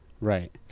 Right